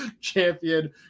champion